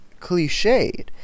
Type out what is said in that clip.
cliched